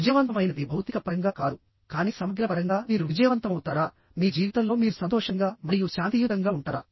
విజయవంతమైనది భౌతిక పరంగా కాదు కానీ సమగ్ర పరంగా మీరు విజయవంతమవుతారా మీ జీవితంలో మీరు సంతోషంగా మరియు శాంతియుతంగా ఉంటారా